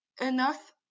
enough